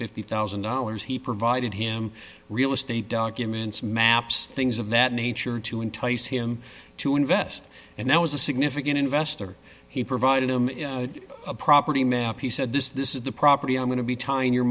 fifty thousand dollars he provided him real estate documents maps things of that nature to entice him to invest and that was a significant investor he provided him a property map he said this this is the property i'm going to be tying your